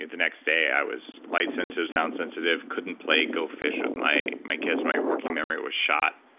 the next day i was light sensitive, sound sensitive, couldn't play go fish with my my kids, my working merit was shot.